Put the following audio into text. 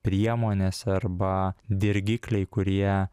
priemonės arba dirgikliai kurie